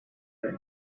that